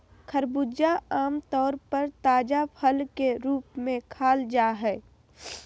खरबूजा आम तौर पर ताजा फल के रूप में खाल जा हइ